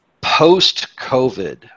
Post-COVID